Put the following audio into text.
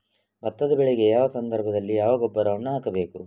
ಭತ್ತದ ಬೆಳೆಗೆ ಯಾವ ಸಂದರ್ಭದಲ್ಲಿ ಯಾವ ಗೊಬ್ಬರವನ್ನು ಹಾಕಬೇಕು?